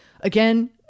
Again